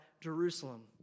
Jerusalem